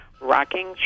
rocking